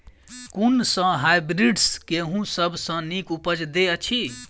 कुन सँ हायब्रिडस गेंहूँ सब सँ नीक उपज देय अछि?